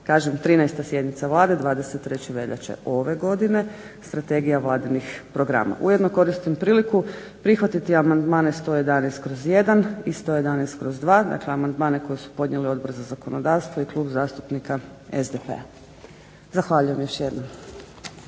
evo 13. sjednica Vlade 23. veljače ove godine Strategija vladinih programa. Ujedno koristim priliku prihvatiti amandmane 111/1 i 111/2 dakle amandmane koji su podnijeli Odbor za zakonodavstvo i Klub zastupnika SDP-a. Zahvaljujem još jednom.